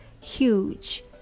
huge